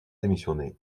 démissionné